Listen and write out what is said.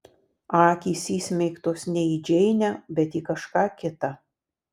akys įsmeigtos ne į džeinę bet į kažką kitą